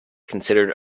considered